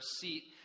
seat